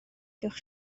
gewch